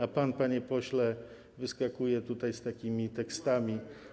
A pan, panie pośle, wyskakuje tutaj z takimi tekstami.